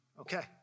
Okay